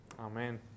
amen